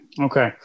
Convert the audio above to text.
Okay